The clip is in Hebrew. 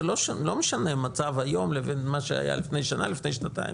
זה לא משנה את המצב היום ממה שהיה לפני שנה ולפני שנתיים.